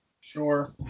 Sure